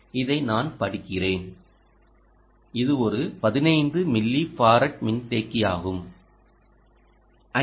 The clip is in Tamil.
இதை நான் படிக்கிறேன் இது ஒரு 15 மில்லிஃபாரட் மின்தேக்கியாகும் 5